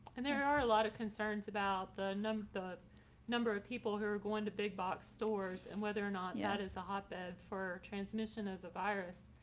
and there are a lot of concerns about the number, the number of people who are going to big box stores and whether or not yeah that is a hotbed for transmission of the virus.